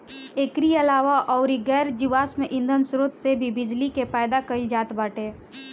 एकरी अलावा अउर गैर जीवाश्म ईधन स्रोत से भी बिजली के पैदा कईल जात बाटे